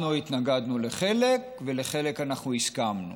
אנחנו התנגדנו לחלק ולחלק אנחנו הסכמנו,